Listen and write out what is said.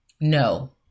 No